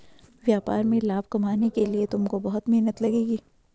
व्यापार में लाभ कमाने के लिए तुमको बहुत मेहनत लगेगी